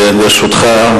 ברשותך,